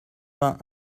vingt